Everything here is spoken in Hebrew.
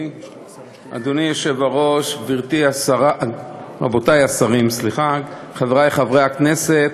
אדוני היושב-ראש, רבותי השרים, חברי חברי הכנסת,